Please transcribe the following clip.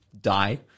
die